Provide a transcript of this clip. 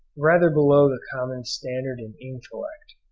rather below the common standard in intellect.